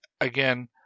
again